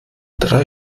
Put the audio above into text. drei